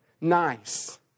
nice